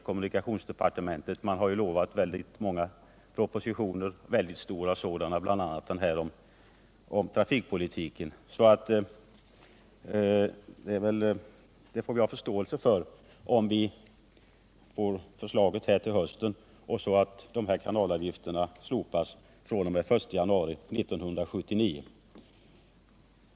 Kommunikationsdepartementet har ju mycket att syssla med, många propositioner är utlovade, en del mycket stora, bl.a. den om trafikpolitiken.